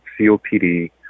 COPD